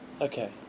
Okay